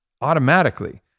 automatically